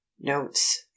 notes